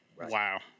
wow